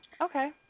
okay